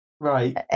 Right